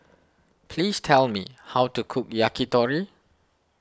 please tell me how to cook Yakitori